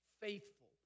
faithful